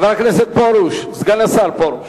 פרוש, סגן השר פרוש,